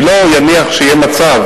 אני לא אניח שיהיה מצב,